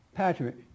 Patrick